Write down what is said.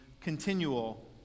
continual